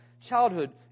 childhood